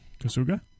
Kasuga